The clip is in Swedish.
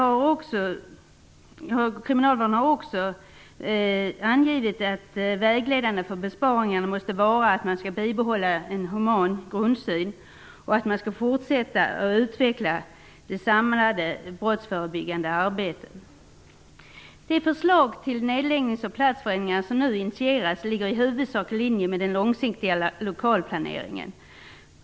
Inom kriminalvården har man också angivit att det vid besparingarna måste vara vägledande att man bibehåller en human grundsyn och att man fortsätter att utveckla det samlade brottsförebyggande arbetet. De förslag till nedläggningar och platsförändringar som nu initieras ligger i huvudsak i linje med den långsiktiga lokalplaneringen.